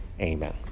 Amen